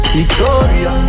Victoria